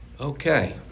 Okay